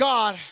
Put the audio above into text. God